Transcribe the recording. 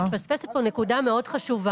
מתפספסת נקודה מאוד חשובה.